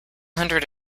hundred